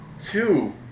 Two